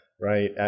right